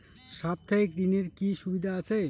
সাপ্তাহিক ঋণের কি সুবিধা আছে?